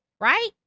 Right